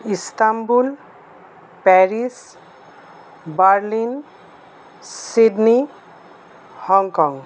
Istanbul Paris Berlin Sydney Hong Kong